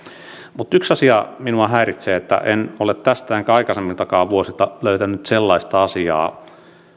mutta yksi asia minua häiritsee se että en ole tästä enkä aikaisempienkaan vuosien kertomuksista löytänyt sellaista asiaa